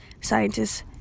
scientists